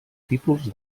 títols